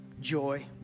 joy